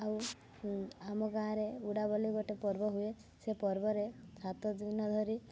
ଆଉ ଆମ ଗାଁରେ ଉଡ଼ା ବୋଲି ଗୋଟେ ପର୍ବ ହୁଏ ସେ ପର୍ବରେ ସାତ ଦିନ ଧରି